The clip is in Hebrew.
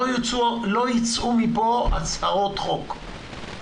לא יצאו מפה הצהרות חוק.